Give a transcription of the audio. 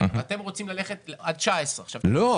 אתם רוצים ללכת על 2019. לא.